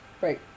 Right